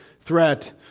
threat